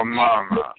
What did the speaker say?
mama